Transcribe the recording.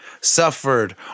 suffered